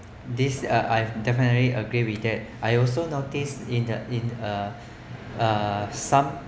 this uh I definitely agree with that I also noticed in a in a uh some